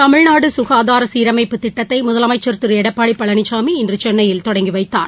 தமிழ்நாடு சீரமைப்புத் திட்டத்தை முதலமைச்ச் திரு எடப்பாடி பழனிசாமி இன்று சென்னையில் தொடங்கி வைத்தார்